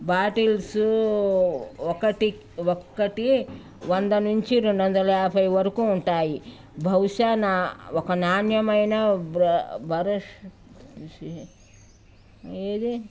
bottles ఒకటి ఒకటి వంద నుంచి రెండు వందల యాభై వరకు ఉంటాయి బహుశా నా ఒక నాణ్యమైన భర ఏది